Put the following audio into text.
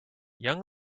young